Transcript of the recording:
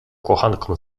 kochankom